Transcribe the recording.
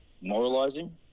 moralizing